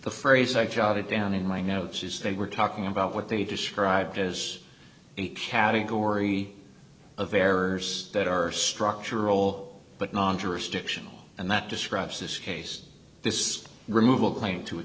the phrase i jotted down in my now she's they were talking about what they described as a category of errors that are structural but non tourist fictional and that describes this case this removal claim to